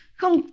không